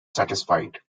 satisfied